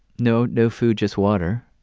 no no food, just water.